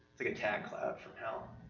like a tag club from hell.